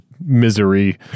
misery